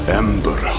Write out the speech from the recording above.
ember